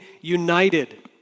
united